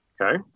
okay